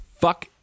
fuck